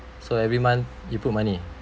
so every month you put money